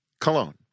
Cologne